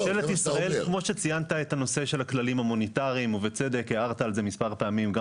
כמו שציינת מספר פעמים ובצדק,